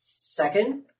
Second